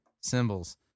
symbols